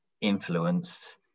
influenced